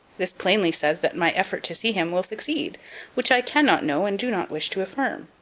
this plainly says that my effort to see him will succeed which i cannot know and do not wish to affirm.